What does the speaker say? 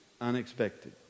unexpected